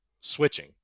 switching